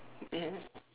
ya